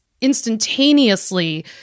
instantaneously